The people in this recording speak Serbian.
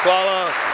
Hvala.